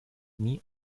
nie